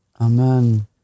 Amen